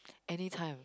anytime